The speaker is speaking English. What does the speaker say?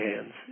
hands